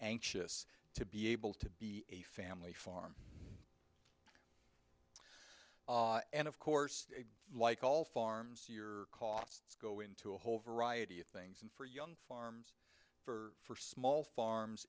anxious to be able to be a family farm and of course like all farms your costs go into a whole variety of things and for young farms for small farms